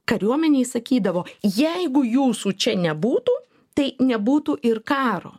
kariuomenei sakydavo jeigu jūsų čia nebūtų tai nebūtų ir karo